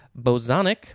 Bosonic